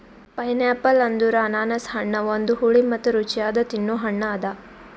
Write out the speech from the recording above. pineapple ಅಂದುರ್ ಅನಾನಸ್ ಹಣ್ಣ ಒಂದು ಹುಳಿ ಮತ್ತ ರುಚಿಯಾದ ತಿನ್ನೊ ಹಣ್ಣ ಅದಾ